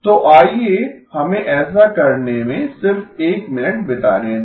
तो आइए हमें ऐसा करने में सिर्फ एक मिनट बिताने दें